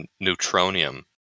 neutronium